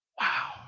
Wow